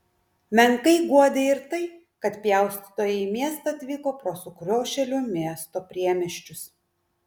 menkai guodė ir tai kad pjaustytojai į miestą atvyko pro sukriošėlių miesto priemiesčius